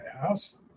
house